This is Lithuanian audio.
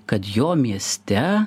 kad jo mieste